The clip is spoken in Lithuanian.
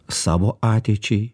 savo ateičiai